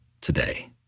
today